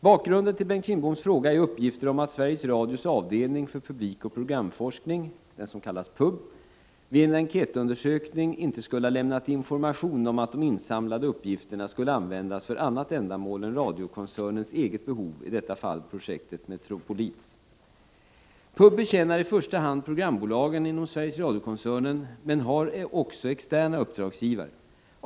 Bakgrunden till Bengt Kindboms fråga är uppgifter om att Sveriges Radios avdelning för publikoch programforskning vid en enkätundersökning inte skulle ha lämnat information om att de insamlade uppgifterna skulle användas för annat ändamål än radiokoncernens eget behov, i detta fall projektet Metropolits. PUB betjänar i första hand programbolagen inom Sveriges Radiokoncernen men har även externa uppdragsgivare.